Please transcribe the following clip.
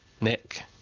nick